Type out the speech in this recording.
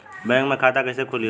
Bank मे खाता कईसे खुली हो?